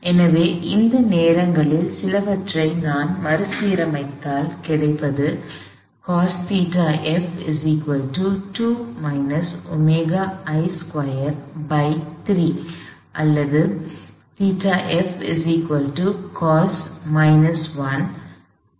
எனவே இந்த நேரங்களில் சிலவற்றை நான் மறுசீரமைத்தால் கிடைப்பது அல்லது